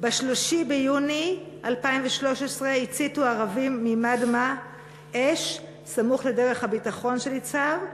ב-3 ביוני 2013 הציתו ערבים ממדמה אש סמוך לדרך הביטחון של יצהר,